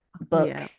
book